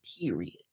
period